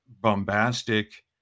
bombastic